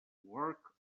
work